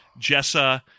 Jessa